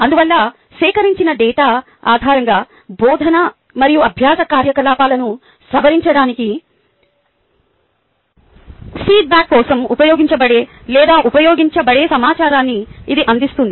అందువల్ల సేకరించిన డేటా ఆధారంగా బోధన మరియు అభ్యాస కార్యకలాపాలను సవరించడానికి ఫీడ్ బ్యాక్ కోసం ఉపయోగించబడే లేదా ఉపయోగించబడే సమాచారాన్ని ఇది అందిస్తుంది